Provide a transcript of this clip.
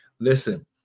Listen